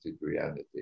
reality